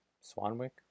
Swanwick